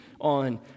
on